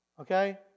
Okay